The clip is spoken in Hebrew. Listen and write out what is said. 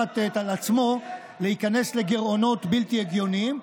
על עצמו להיכנס לגירעונות בלתי הגיוניים,